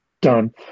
done